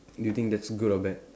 do you think that's good or bad